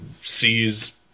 sees